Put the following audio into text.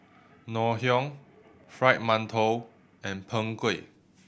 Ngoh Hiang Fried Mantou and Png Kueh